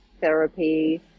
therapy